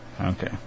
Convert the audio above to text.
Okay